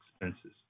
expenses